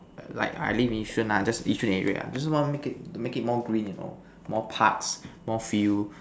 like I live in yishun lah just yishun area just want make it make it more green you know more parts more feel